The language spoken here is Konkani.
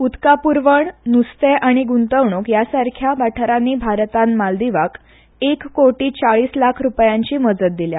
उदका प्रवण नुस्तें आनी गुंतवणूक ह्या सारक्या वाठारांनी भारतान मालदिवाक एक कोटी रुपया चाळीस लाख रुपयांची मजत दिल्या